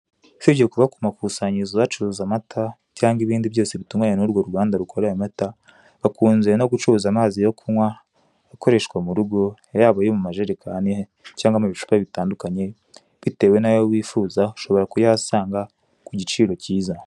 Usibye kuba ku makusanyirizo bacuruza amata cyangwa ibindi byose bitunganywa n'urwo ruganda rukora ayo mata bakunze no gucuruza amazi yo kunywa akoreshwa mu rugo yaba ayo mu majerekani cyangwa mu bicupa bitandukanye, bitewe n'ayo wifuza ushobora kuyahasanga ku giciro cyiza.